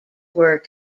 were